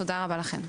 תודה רבה לכן.